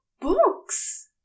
books